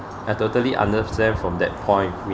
I totally understand from that point